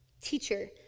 Teacher